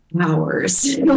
hours